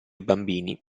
bambini